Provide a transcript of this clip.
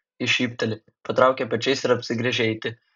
ji šypteli patraukia pečiais ir apsigręžia eiti